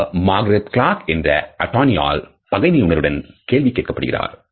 அவர் Margaret Clark என்ற attorney ஆல் பகைமை உணர்வுடன் கேள்வி கேட்கப் படுகிறார்